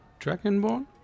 dragonborn